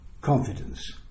confidence